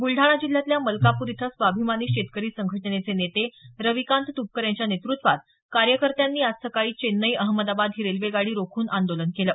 बुलढाणा जिल्ह्यातल्या मलकापूर इथं स्वाभिमानी शेतकरी संघटनेचे नेते रविकांत तूपकर यांच्या नेतृत्वात कार्यकर्त्यांनी आज सकाळी चेन्नई अहमदाबाद ही रेल्वेगाडी रोखून आंदोलन केलं